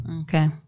Okay